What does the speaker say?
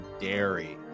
dairy